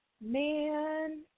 man